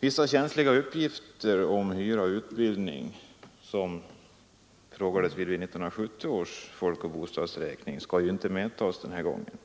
Vissa känsliga uppgifter om hyra och utbildning som det frågades om vid 1970 års folkoch bostadsräkning skall inte medtas den här gången,